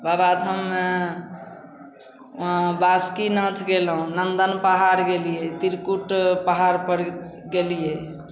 बाबाधाममे वहाँ बासुकीनाथ गेलहुँ नन्दन पहाड़ गेलिए त्रिकुट पहाड़पर गेलिए